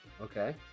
Okay